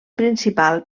principal